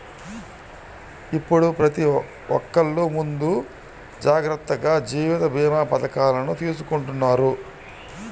ఇప్పుడు ప్రతి ఒక్కల్లు ముందు జాగర్తగా జీవిత భీమా పథకాలను తీసుకుంటన్నారు